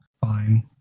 fine